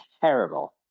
terrible